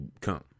come